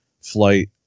flight